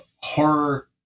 horror